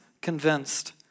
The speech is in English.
convinced